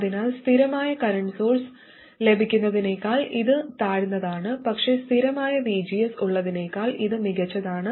അതിനാൽ സ്ഥിരമായ current source ലഭിക്കുന്നതിനേക്കാൾ ഇത് താഴ്ന്നതാണ് പക്ഷേ സ്ഥിരമായ VGS ഉള്ളതിനേക്കാൾ ഇത് മികച്ചതാണ്